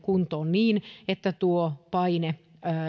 kuntoon niin että tuo paine